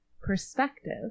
perspective